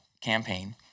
campaign